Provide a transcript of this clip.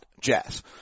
Jazz